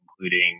including